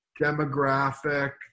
demographic